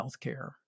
healthcare